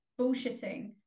bullshitting